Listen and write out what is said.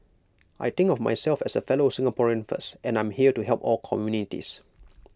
I think of myself as A fellow Singaporean first and I'm here to help all communities